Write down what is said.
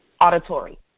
auditory